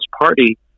Party